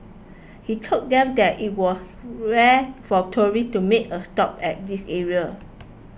he told them that it was rare for tourists to make a stop at this area